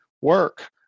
work